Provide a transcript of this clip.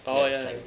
orh ya lah